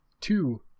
two